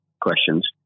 questions